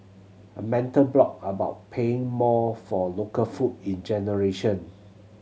a mental block about paying more for local food in generation